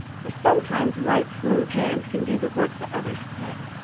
for sometimes white, smooth hands can do the work that others can't,